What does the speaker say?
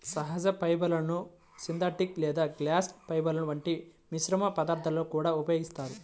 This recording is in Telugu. సహజ ఫైబర్లను సింథటిక్ లేదా గ్లాస్ ఫైబర్ల వంటి మిశ్రమ పదార్థాలలో కూడా ఉపయోగిస్తారు